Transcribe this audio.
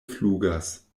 flugas